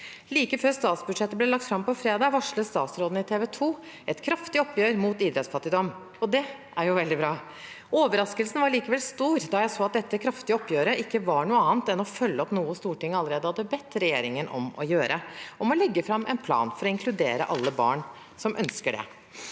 Like før statsbudsjettet ble lagt fram på fredag, varslet statsråden i TV 2 et kraftig oppgjør mot idrettsfattigdom, og det er jo veldig bra. Overraskelsen var allikevel stor da jeg så at dette kraftige oppgjøret ikke var noe annet enn å følge opp noe Stortinget allerede hadde bedt regjeringen om å gjøre: å legge fram en plan for å inkludere alle barn som ønsker det.